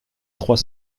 trois